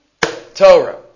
Torah